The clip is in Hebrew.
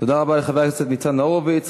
תודה רבה לחבר הכנסת ניצן הורוביץ.